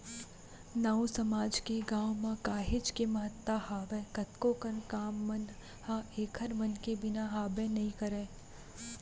नाऊ समाज के गाँव म काहेच के महत्ता हावय कतको कन काम मन ह ऐखर मन के बिना हाबे नइ करय